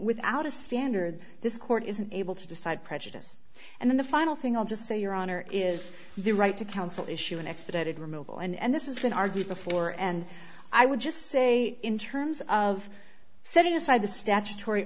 without a standard this court isn't able to decide prejudice and then the final thing i'll just say your honor is the right to counsel issue an expedited removal and this is been argued before and i would just say in terms of setting aside the statutory